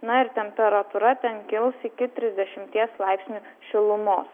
na ir temperatūra ten kils iki trisdešimties laipsnių šilumos